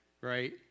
Right